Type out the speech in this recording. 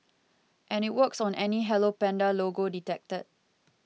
and it works on any Hello Panda logo detected